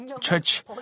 church